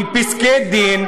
עם פסקי-דין,